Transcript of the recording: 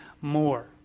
more